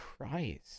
Christ